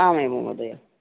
आम् एवं महोदय